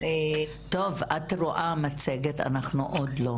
שבאמת אנחנו מסתכלות בראיה מאוד